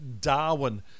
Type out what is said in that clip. Darwin